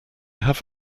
have